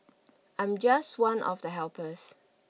I'm just one of the helpers